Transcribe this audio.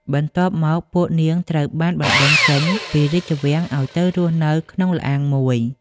បន្ទាប់មកពួកនាងត្រូវបានបណ្តេញចេញពីរាជវាំងឲ្យទៅរស់នៅក្នុងល្អាងមួយ។